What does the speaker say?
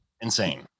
insane